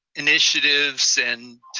initiatives and